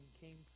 came